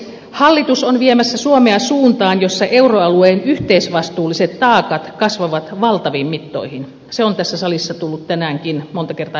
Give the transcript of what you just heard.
hallitus on viemässä suomea suuntaan jossa euroalueen yhteisvastuulliset taakat kasvavat valtaviin mittoihin se on tässä salissa tullut tänäänkin monta kertaa esille